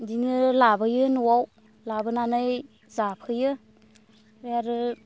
बिदिनो लाबोयो न'आव लाबोनानै जाफैयो ओमफ्राय आरो